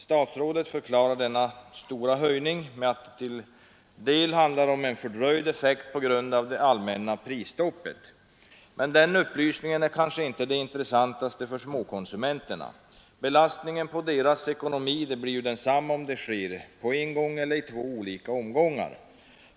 Statsrådet förklarar denna stora höjning med att det till en del handlar om en fördröjd effekt på grund av det allmänna prisstoppet. Men den upplysningen är kanske inte den intressantaste för småkonsumenterna. Belastningen på deras ekonomi blir densamma om det sker på en gång eller i två olika omgångar.